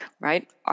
right